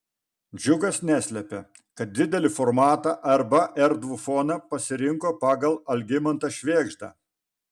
džiugas neslepia kad didelį formatą arba erdvų foną pasirinko pagal algimantą švėgždą